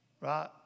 Right